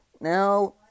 Now